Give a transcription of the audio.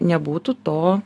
nebūtų to